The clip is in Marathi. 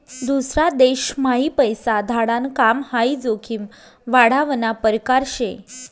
दूसरा देशम्हाई पैसा धाडाण काम हाई जोखीम वाढावना परकार शे